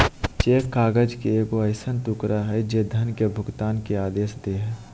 cheque काग़ज़ के एगो ऐसन टुकड़ा हइ जे धन के भुगतान के आदेश दे हइ